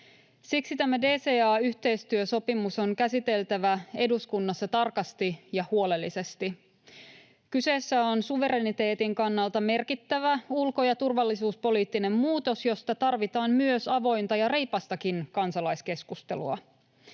Siksi tämä DCA-yhteistyösopimus on käsiteltävä eduskunnassa tarkasti ja huolellisesti. Kyseessä on suvereniteetin kannalta merkittävä ulko- ja turvallisuuspoliittinen muutos, josta tarvitaan myös avointa ja reipastakin kansalaiskeskustelua.